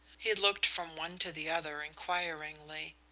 he looked from one to the other inquiringly.